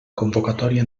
convocatòria